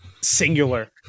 Singular